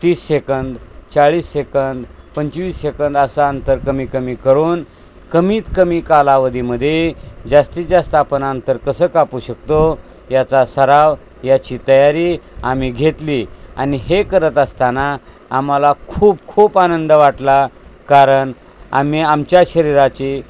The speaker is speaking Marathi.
तीस सेकंद चाळीस सेकंद पंचवीस सेकंद असा अंतर कमी कमी करून कमीत कमी कालावधीमधे जास्तीत जास्त आपण अंतर कसं कापू शकतो याचा सराव याची तयारी आम्ही घेतली आणि हे करत असताना आम्हाला खूप खूप आनंद वाटला कारण आम्ही आमच्या शरीराची